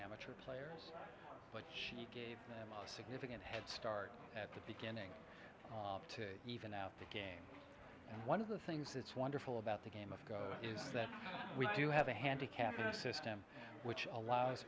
amateur player but she gave them a significant head start at the beginning to even out the game and one of the things that's wonderful about the game of go is that we do have a handicap system which allows